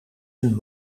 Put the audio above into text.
een